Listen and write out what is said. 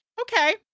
Okay